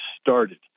started